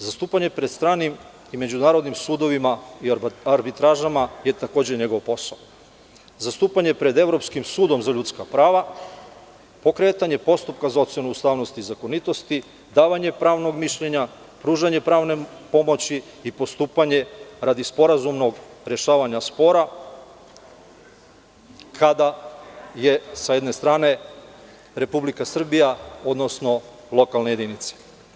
Zastupanje pred stranim i međunarodnim sudovima i arbitražama je takođe njegov posao, zastupanje pred Evropskim sudom za ljudska prava, pokretanje postupka za ocenu ustavnosti i zakonitosti, davanje pravnog mišljenja, pružanje pravne pomoći i postupanje radi sporazumnog rešavanja spora kada je sa jedne strane Republika Srbija, odnosno lokalne jedinice.